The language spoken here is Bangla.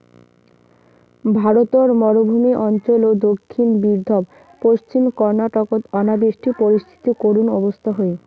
ভারতর মরুভূমি অঞ্চল ও দক্ষিণ বিদর্ভ, পশ্চিম কর্ণাটকত অনাবৃষ্টি পরিস্থিতি করুণ অবস্থা হই